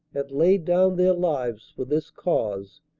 had laid down their lives for this cause,